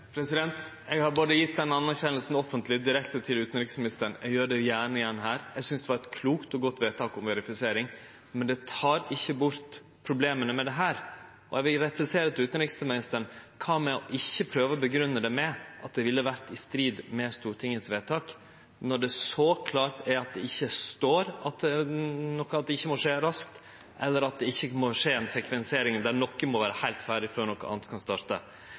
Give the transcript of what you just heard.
Eg har gjeve den anerkjenninga både offentleg og direkte til utanriksministeren – eg gjer det gjerne igjen her. Eg synest det var eit klokt og godt vedtak om verifisering, men det tek ikkje bort problema med dette. Eg vil replisere til utanriksministeren: Kva med ikkje å prøve å grunngje det med at det ville vore i strid med Stortingets vedtak, når det er så klart at det ikkje står at det ikkje må skje raskt, eller at det ikkje må skje ei sekvensering, der noko må vere heilt ferdig før noko anna kan starte?